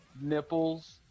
nipples